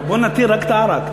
טוב, בוא נתיר רק את העראק.